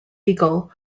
eagle